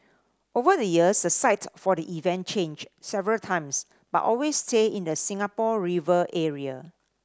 over the years the site for the event changed several times but always stayed in the Singapore River area